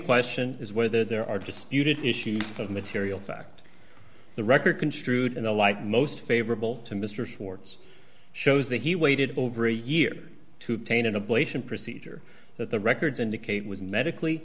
question is whether there are disputed issues of material fact the record construed in the light most favorable to mr swartz shows that he waited over a year to obtain an ablation procedure that the records indicate was medically